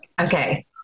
Okay